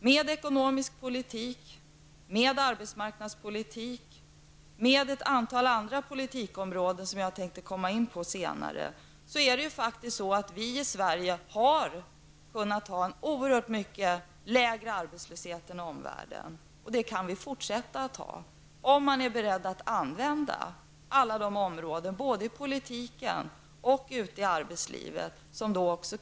Med ekonomisk politik, arbetsmarknadspolitik och med insatser på en rad andra politiska områden, som jag tänker beröra senare, har vi i Sverige faktiskt kunnat ha en betydligt lägre arbetslöshet än omvärlden. Vi kan fortsätta på det sättet, om vi är beredda att använda alla de medel i både politiken och arbetslivet som krävs.